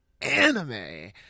anime